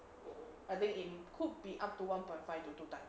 I think it could be up to one point five to two times